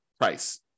price